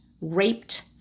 raped